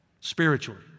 Spiritually